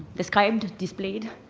described, displayed.